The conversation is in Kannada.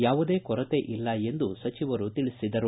ಯಾವುದೇ ಕೊರತೆ ಇಲ್ಲ ಎಂದು ಸಚಿವರು ತಿಳಿಸಿದರು